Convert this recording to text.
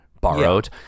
borrowed